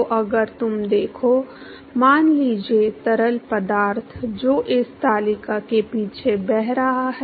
तो अगर तुम देखो मान लीजिए तरल पदार्थ जो इस तालिका के पीछे बह रहा है